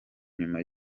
nyuma